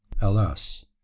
Alas